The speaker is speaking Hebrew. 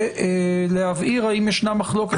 ולהבהיר האם ישנה מחלוקת,